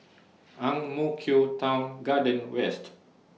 Ang Mo Kio Town Garden West